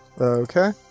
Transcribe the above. Okay